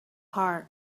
heart